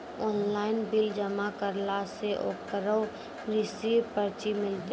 Online bill जमा करला से ओकरौ रिसीव पर्ची मिलतै?